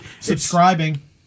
subscribing